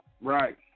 Right